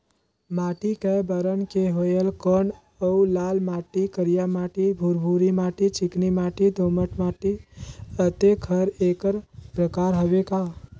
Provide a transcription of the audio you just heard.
माटी कये बरन के होयल कौन अउ लाल माटी, करिया माटी, भुरभुरी माटी, चिकनी माटी, दोमट माटी, अतेक हर एकर प्रकार हवे का?